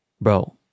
Bro